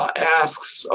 asks, ah